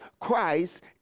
Christ